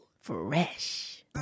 Fresh